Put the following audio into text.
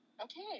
Okay